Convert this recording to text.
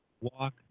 walk